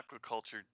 aquaculture